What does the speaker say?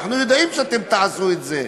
אנחנו יודעים שאתם תעשו את זה,